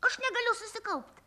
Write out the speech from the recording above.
aš negaliu susikaupt